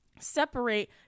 separate